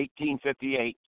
1858